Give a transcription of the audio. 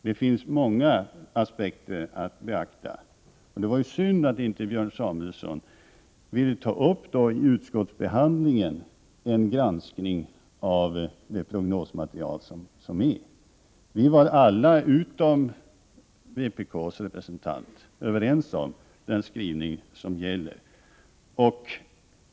Det finns många aspekter att beakta. Det var därför synd att Björn Samuelson inte under utskottsbehandlingen ville ta upp det föreliggande prognosmaterialet till granskning. Alla utom vpk:s representant var överens om utskottets skrivning på denna punkt.